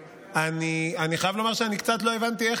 אני חייב לומר שאני קצת לא הבנתי איך